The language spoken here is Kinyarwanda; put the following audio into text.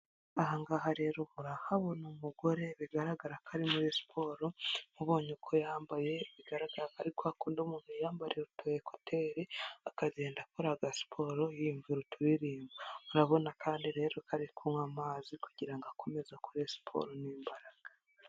Aha rero turahabona umugore bigaragara ko ari muri siporo, ubonye uko yambaye bigaragara ko ari kwakundi umuntu yiyambarira utu ekuteri akagenda akora agasiporo yiyumvira uturirimbo, urabona kandi rero ari kunywa amazi kugira ngo akomezekore siporo nimbaraga.